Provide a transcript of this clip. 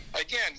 Again